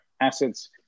assets